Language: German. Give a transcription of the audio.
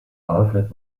alfred